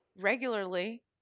regularly